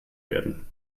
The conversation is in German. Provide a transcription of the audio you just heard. werden